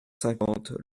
cinquante